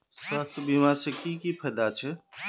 स्वास्थ्य बीमा से की की फायदा छे?